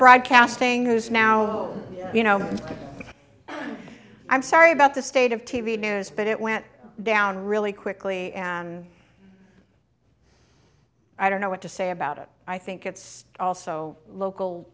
broadcasting who's now you know i'm sorry about the state of t v news but it went down really quickly and i don't know what to say about it i think it's also local